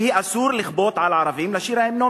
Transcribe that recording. שהיא: אסור לכפות על ערבים לשיר את ההמנון,